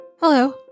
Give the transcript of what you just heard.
Hello